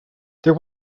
there